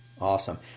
Awesome